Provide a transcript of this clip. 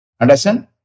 Understand